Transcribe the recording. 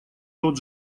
тот